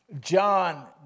John